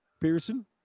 Pearson